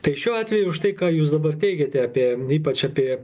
tai šiuo atveju štai ką jūs dabar teigiate apie ypač apie